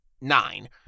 Nine